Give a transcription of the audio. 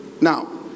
Now